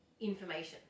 information